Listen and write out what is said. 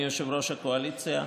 אדוני יושב-ראש הקואליציה.